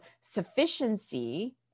sufficiency